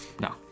no